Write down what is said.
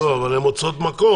לא, אבל הן מוצאות מקום.